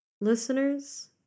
Listeners